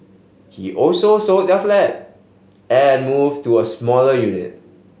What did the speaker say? he also sold their flat and moved to a smaller unit